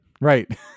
Right